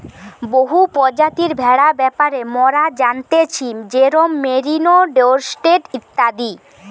বহু প্রজাতির ভেড়ার ব্যাপারে মোরা জানতেছি যেরোম মেরিনো, ডোরসেট ইত্যাদি